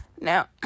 now